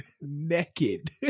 naked